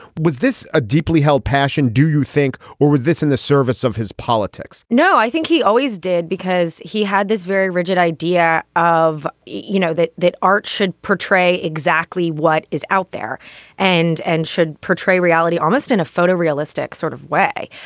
was this a deeply held passion. do you think or was this in the service of his politics no i think he always did because he had this very rigid idea of you know that that art should portray exactly what is out there and and should portray reality almost in a photo realistic sort of way.